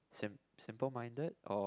sim~ simple minded or